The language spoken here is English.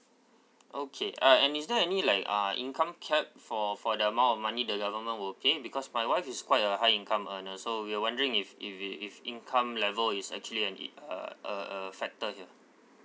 okay uh and is there any like uh income capped for for the amount of money the government will pay because my wife is quite a high income earner so we're wondering if if it if income level is actually an e~ uh a a factor here